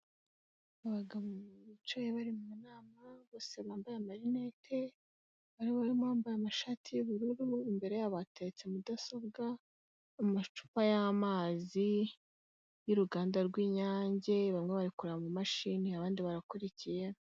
Abagabo bicaye bari mu nama bose bambaye amarinete, harimo abambaye amashati y'ubururu, imbere yabo hatetse mudasobwa amacupa y'amazi y'uruganda rw'inyange, bamwe bari kureba mu mumashini abandi barakurikiye.